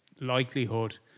likelihood